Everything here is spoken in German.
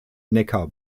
neckar